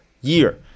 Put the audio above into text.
year